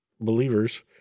believers